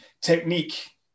Technique